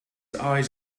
eyes